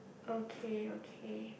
okay okay